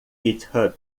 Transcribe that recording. github